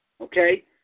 okay